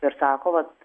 ir sako vat